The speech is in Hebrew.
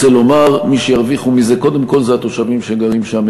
רוצה לומר שמי שירוויחו מזה הם קודם כול התושבים שגרים שם,